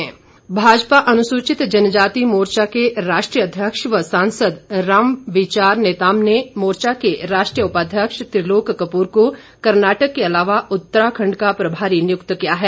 त्रिलोक भाजपा अनुसूचित जनजाति मोर्चा के राष्ट्रीय अध्यक्ष व सांसद रामविचार नेताम ने मोर्चा के राष्ट्रीय उपाध्यक्ष त्रिलोक कपूर को कर्नाटक के अलावा उत्तराखंड का प्रभारी नियुक्त किया है